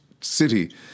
city